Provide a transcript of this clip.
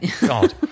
God